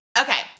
Okay